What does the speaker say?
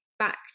Back